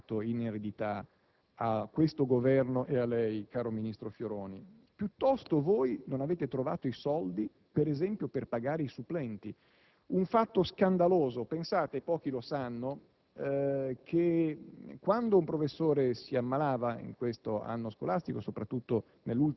assunzioni. Passando al discorso scuola e istruzione, in realtà, caro ministro Fioroni, come è stato dimostrato da questo provvedimento e da questo dibattito, non vi è alcun buco che il Governo Berlusconi ha lasciato in eredità